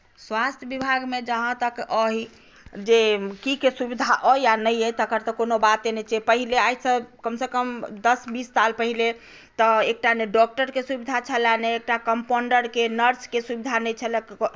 स्वास्थ्य विभागमे जहाँ तक अहि जे की के सुविधा अहि या नहि अहि तकर तऽ कोनो बाते नहि छै पहिले आइसँ कम से कम दस बीस साल पहिले तऽ एकटा नहि डॉक्टर के सुविधा छलए नहि एकटा कम्पाउण्डर के नर्स के सुविधा नहि छलए